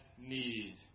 need